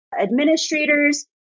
administrators